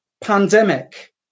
pandemic